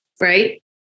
right